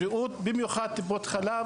במיוחד טיפות חלב.